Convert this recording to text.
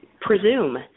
presume